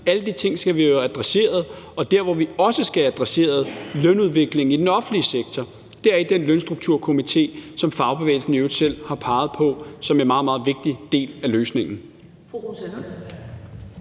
Alle de ting skal vi jo have adresseret, og der, hvor vi også skal have adresseret lønudviklingen i den offentlige sektor, er i den lønstrukturkomité, som fagbevægelsen i øvrigt selv har peget på som en meget, meget vigtig del af løsningen.